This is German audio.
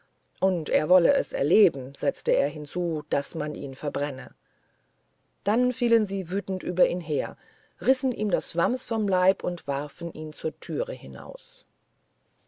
und er wolle es erleben setzte er hinzu daß man ihn verbrenne dann fielen sie wütend über ihn her rissen ihm das wams vom leib und warfen ihn zur türe hinaus